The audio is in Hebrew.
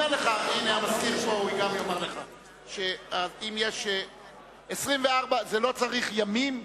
גם המזכיר יאמר לך שלא צריך ימים,